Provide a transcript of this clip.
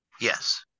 Yes